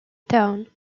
town